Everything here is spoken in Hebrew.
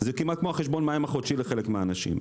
זה כמעט כמו חשבון המים החודשי לחלק מהאנשים.